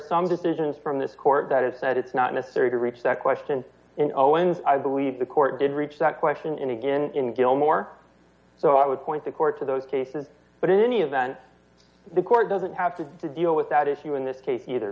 some decisions from this court that is that it's not necessary to reach that question in iowa and i believe the court did reach that question in again gilmore so i would point the court to those cases but in any event the court doesn't have to deal with that issue in this case either